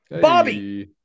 Bobby